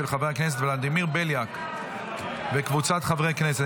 של חבר הכנסת ולדימיר בליאק וקבוצת חברי הכנסת.